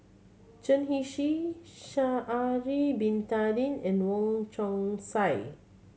Chen Sha'ari Bin Tadin and Wong Chong Sai